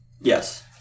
Yes